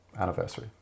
anniversary